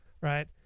right